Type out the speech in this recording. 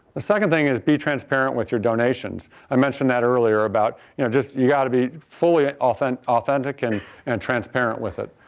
the second thing is be transparent with your donations. i mentioned that earlier about you know just, you got to be fully authentic authentic and and transparent with it.